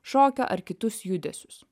šokio ar kitus judesius